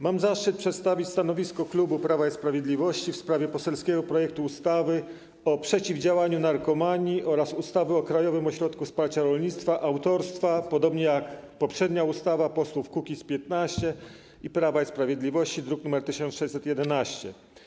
Mam zaszczyt przedstawić stanowisko klubu Prawa i Sprawiedliwości w sprawie poselskiego projektu ustawy o zmianie ustawy o przeciwdziałaniu narkomanii oraz ustawy o Krajowym Ośrodku Wsparcia Rolnictwa autorstwa, podobnie jak w przypadku poprzedniej ustawy, posłów Kukiz’15 i Prawa i Sprawiedliwości, druk nr 1611.